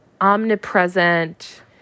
omnipresent